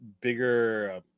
bigger